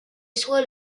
soit